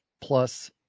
plus